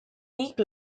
week